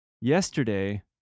Yesterday